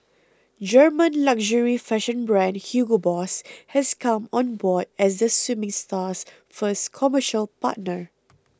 German luxury fashion brand Hugo Boss has come on board as the swimming star's first commercial partner